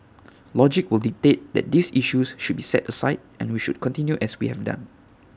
logic will dictate that these issues should be set aside and we should continue as we have done